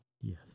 yes